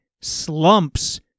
slumps